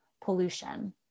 pollution